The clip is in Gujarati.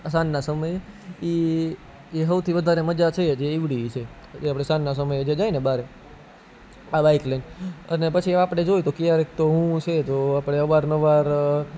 સાંજના સમયે ઈ સૌથી વધારે મજા છે એવડી ઈ છે આપણે સાંજના સમયે જતાં હોય ને બહાર આ બાઇક લઈ અને પછી આપણે જોઈએ તો ક્યારેક શું છે તો અવારનવાર